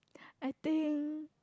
I think